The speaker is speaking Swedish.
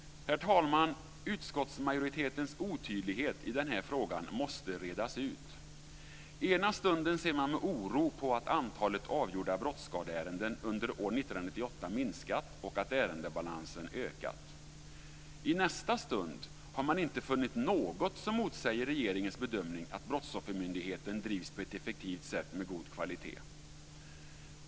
Herr talman! Utskottsmajoritetens otydlighet i den här frågan måste redas ut. Ena stunden ser man med oro på att antalet avgjorda brottsskadeärenden under år 1998 har minskat och att ärendebalansen har ökat. I nästa stund har man inte funnit något som motsäger regeringens bedömning att Brottsoffermyndigheten drivs på ett effektivt sätt med god kvalitet.